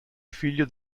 figlio